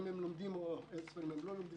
הם לומדים ואיזה ספרים הם לא לומדים,